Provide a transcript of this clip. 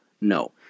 No